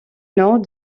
nord